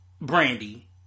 Brandy